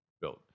built